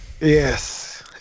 Yes